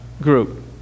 group